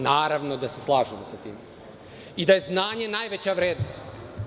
Naravno, da se slažemo sa tim i da je znanje najveća vrednost.